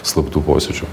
slaptų posėdžių